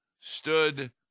stood